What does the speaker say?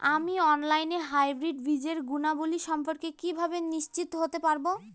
আমি অনলাইনে হাইব্রিড বীজের গুণাবলী সম্পর্কে কিভাবে নিশ্চিত হতে পারব?